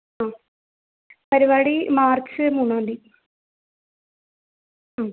ആ പരിപാടി മാർച്ച് മൂന്നാന്തി